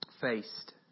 faced